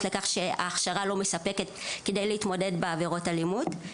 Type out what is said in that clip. לגבי כך שההכשרה לא מספקת כדי להתמודד עם עבירות אלימות.